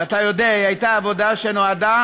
ואתה יודע, הייתה עבודה שנועדה